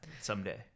someday